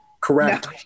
Correct